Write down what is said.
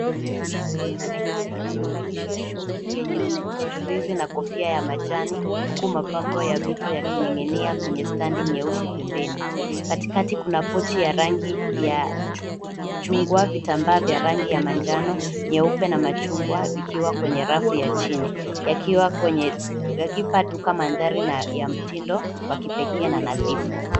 Manekani amevalishwa shungi yenye mchiririzi na kofia ya majani huku mapambo ya vitu yakining'inia kwenye standi nyeusi. Katikati kuna pochi ya rangi ya chungwa, vitamba vya rangi ya manjano, nyeupe na machungwa vikiwa kwenye rafu chini yakipa duka mandhari na ya mtindo wa kipekee na nadhifu.